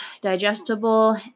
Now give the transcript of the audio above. digestible